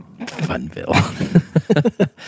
Funville